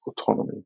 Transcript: autonomy